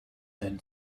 then